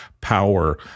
power